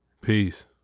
Peace